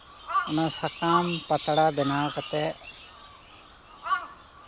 ᱚᱱᱟ ᱥᱟᱠᱟᱢ ᱯᱟᱛᱲᱟ ᱵᱮᱱᱟᱣ ᱠᱟᱛᱮ